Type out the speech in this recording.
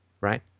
right